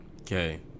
Okay